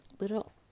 little